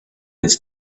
its